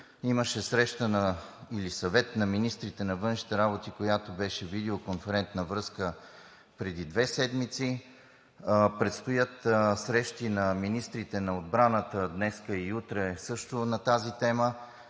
министрите на министрите на външните работи, която беше видеоконферентна връзка преди две седмици. Предстоят срещи на министрите на отбраната днес и утре също на тази тема.